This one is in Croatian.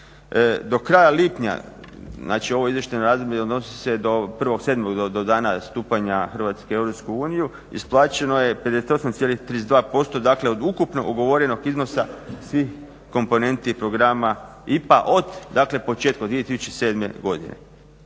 Do kraja lipnja, znači ovo izvještajno razdoblje odnosi se do 1.7.do dana stupanja Hrvatske u EU isplaćeno je 58,32% dakle od ukupno ugovorenog iznosa svih komponenti programa IPA od dakle početka 2007.godine.